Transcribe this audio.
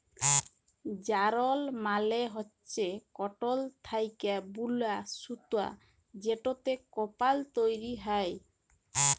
যারল মালে হচ্যে কটল থ্যাকে বুলা সুতা যেটতে কাপল তৈরি হ্যয়